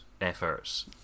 efforts